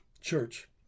Church